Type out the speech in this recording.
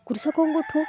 କୃଷକଙ୍କଠୁ